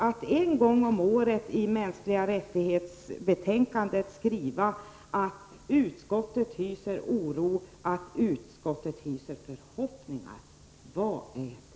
Att en gång om året i debatten om de mänskliga rättigheterna skriva att utskottet hyser oro och hyser förhoppningar — vad är det?